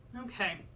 Okay